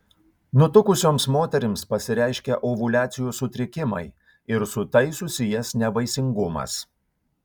nutukusioms moterims pasireiškia ovuliacijos sutrikimai ir su tai susijęs nevaisingumas